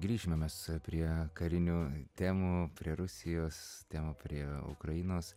grįšime mes prie karinių temų prie rusijos temų prie ukrainos